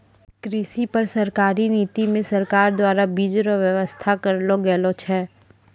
कृषि पर सरकारी नीति मे सरकार द्वारा बीज रो वेवस्था करलो गेलो छै